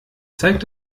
zeigt